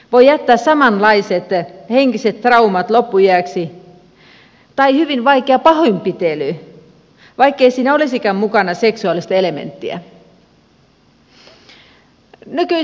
voi että samanlaiset ja henkiset traumat törkeä seksuaalirikos tai hyvin vaikea pahoinpitely vaikkei siinä olisikaan mukana seksuaalista elementtiä voi jättää samanlaiset henkiset traumat loppuiäksi